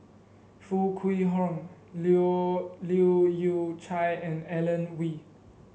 Foo Kwee Horng Leu Yew Chye and Alan Oei